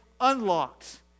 unlocked